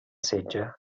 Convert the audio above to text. setge